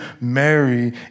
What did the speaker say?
Mary